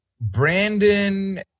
Brandon